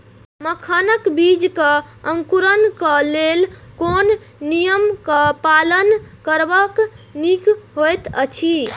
मखानक बीज़ क अंकुरन क लेल कोन नियम क पालन करब निक होयत अछि?